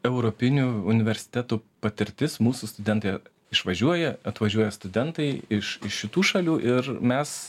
europinių universitetų patirtis mūsų studentai išvažiuoja atvažiuoja studentai iš šitų šalių ir mes